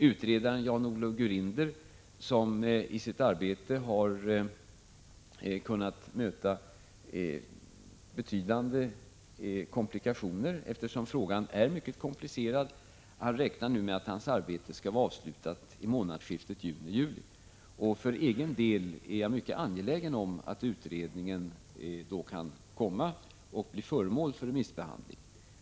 Utredaren Jan-Olof Gurinder, som i sitt arbete har kunnat möta betydande komplikationer, eftersom frågan är mycket komplicerad, räknar nu med att hans arbete skall vara avslutat i månadsskiftet juni-juli. För egen del är jag mycket angelägen om att utredningen då kan läggas fram och bli föremål för remissbehandling.